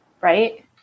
right